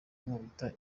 kunkubita